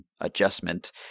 adjustment